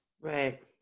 Right